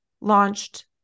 launched